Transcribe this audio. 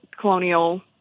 colonial